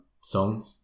song